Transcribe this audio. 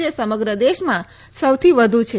જે સમગ્ર દેશમાં સૌથી વધુ છે